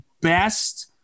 best